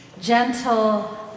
gentle